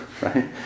right